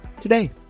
today